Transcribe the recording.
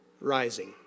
rising